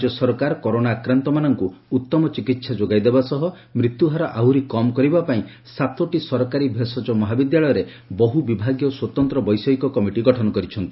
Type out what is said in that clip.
ରାଜ୍ୟ ସରକାର କରୋନା ଆକ୍ରାନ୍ତମାନଙ୍କୁ ଉଉମ ଚିକିସା ଯୋଗାଇ ଦେବା ସହ ମୃତ୍ୟୁହାର ଆହୁରି କମ୍ କରିବା ପାଇଁ ସାତୋଟି ସରକାରୀ ଭେଷଜ ମହାବିଦ୍ୟାଳୟରେ ବହୁ ବିଭାଗୀୟ ସ୍ୱତନ୍ତ ବୈଷୟିକ କମିଟି ଗଠନ କରିଛନ୍ତି